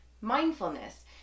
Mindfulness